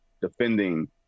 defending